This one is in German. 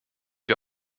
wir